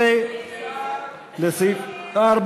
15 לסעיף 4,